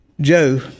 Joe